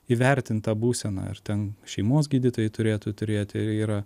įvertint tą būseną ar ten šeimos gydytojai turėtų turėti ir yra